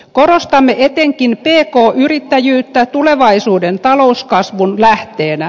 korostamme etenkin pk yrittäjyyttä tulevaisuuden talouskasvun lähteenä